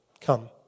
Come